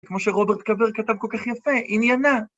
כמו שרוברט קאבר כתב כל כך יפה, עניינה.